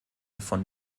von